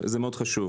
זה מאוד חשוב.